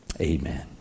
Amen